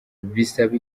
bisaba